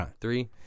three